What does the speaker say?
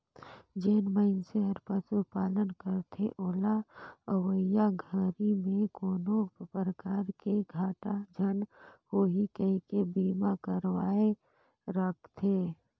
जेन मइनसे हर पशुपालन करथे ओला अवईया घरी में कोनो परकार के घाटा झन होही कहिके बीमा करवाये राखथें